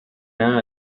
nada